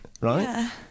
right